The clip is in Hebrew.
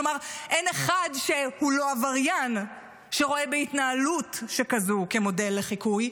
כלומר אין אחד שהוא לא עבריין שרואה בהתנהלות שכזו מודל לחיקוי,